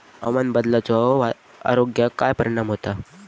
हवामान बदलाचो आरोग्याक काय परिणाम होतत?